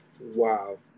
Wow